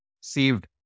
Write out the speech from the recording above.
saved